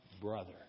brother